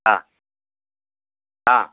ಹಾಂ ಹಾಂ